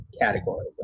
category